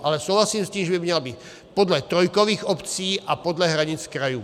Ale souhlasím s tím, že by měla být podle trojkových obcí a podle hranic krajů.